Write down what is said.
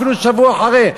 אפילו שבוע אחרי,